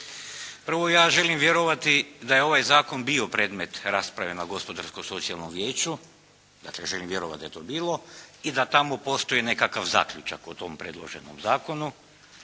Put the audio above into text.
Prvo ja želim vjerovati da je ovaj zakon bio predmet rasprave na Gospodarsko-socijalnom vijeću, dakle želim vjerovati da je to bilo i da tamo postoji nekakav zaključak o tom predloženom zakonu.